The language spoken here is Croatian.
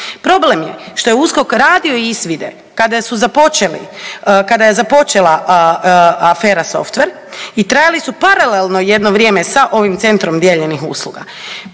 Problem je što je USKOK radio izvide kada je započela afera softver i trajali su paralelno jedno vrijeme sa ovim centrom dijeljenih usluga.